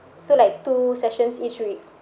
so like two sessions each week